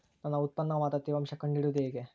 ನನ್ನ ಉತ್ಪನ್ನದ ತೇವಾಂಶ ಕಂಡು ಹಿಡಿಯುವುದು ಹೇಗೆ?